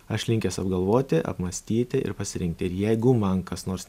aš linkęs apgalvoti apmąstyti ir pasirinkti ir jeigu man kas nors